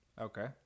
Okay